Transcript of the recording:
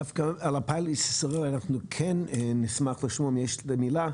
דווקא על הפיילוט בישראל אנחנו כן נשמח לשמוע במילה,